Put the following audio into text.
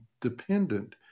dependent